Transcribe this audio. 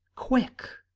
quick!